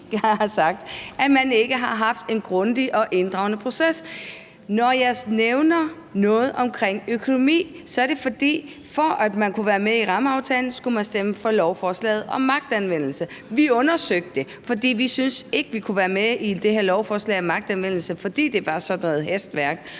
vi har sagt, altså at man ikke har haft en grundig og inddragende proces. Når jeg nævner noget om økonomi, er det, fordi man, for at man kunne være med i rammeaftalen, skulle stemme for lovforslaget om magtanvendelse. Vi undersøgte det, fordi vi ikke syntes, at vi kunne være med i det her lovforslag om magtanvendelse, fordi det var sådan noget hastværk